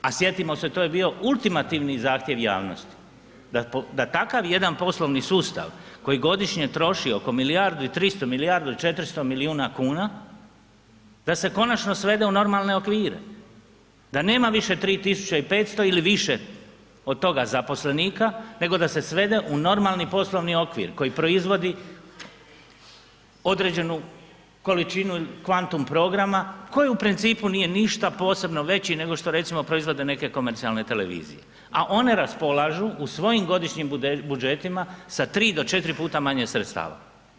A sjetimo se to je bio ultimativan zahtjev javnosti da takav jedan poslovni sustav koji godišnje troši oko milijardu i 300, milijardu i 400 milijuna kuna da se konačno svede u normalne okvire, da nema više 3.500 ili više od toga zaposlenika nego da se svede u normalni poslovni okvir koji proizvodi određenu količinu kvantum programa koji u principu nije ništa posebno veći nego što recimo proizvode neke komercijalne televizije, a one raspolažu u svojim godišnjim budžetima sa tri do četiri puta manje sredstava.